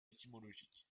étymologique